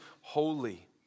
holy